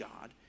God